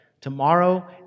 Tomorrow